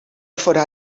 fóra